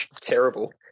terrible